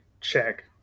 check